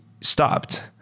stopped